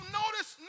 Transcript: notice